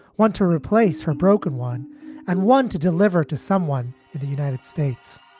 one to replace her broken one and one to deliver to someone in the united states